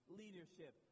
leadership